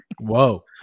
whoa